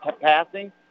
passing